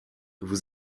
vous